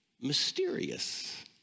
mysterious